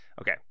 Okay